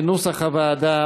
כנוסח הוועדה,